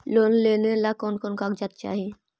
Loan लेने ला कोन कोन कागजात चाही?